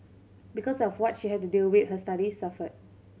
because of what she had to deal with her studies suffered